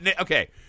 Okay